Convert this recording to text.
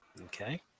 Okay